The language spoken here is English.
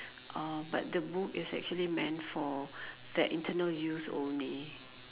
uh but the book is actually meant for the internal use only